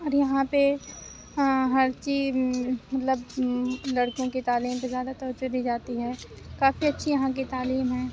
اور یہاں پہ ہر چیز مطلب لڑکیوں کی تعلیم پہ زیادہ توجہ دی جاتی ہے کافی اچھی یہاں کی تعلیم ہے